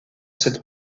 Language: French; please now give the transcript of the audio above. cette